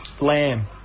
Lamb